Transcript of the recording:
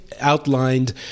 outlined